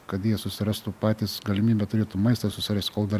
kad jie susirastų patys galimybę turėtų maistą susirast kol dar